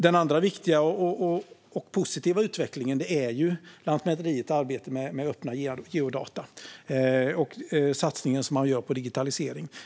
Den andra viktiga och positiva utvecklingen är Lantmäteriets arbete med öppna geodata och satsningen som man gör på digitalisering.